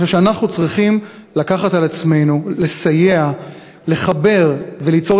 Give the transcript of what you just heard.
אני חושב שאנחנו צריכים לקחת על עצמנו לסייע לחבר וליצור